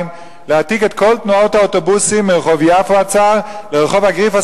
להעתיק את כל תנועת האוטובוסים מרחוב יפו הצר לרחוב אגריפס,